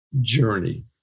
journey